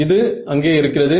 இது அங்கே இருக்கிறது